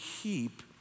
keep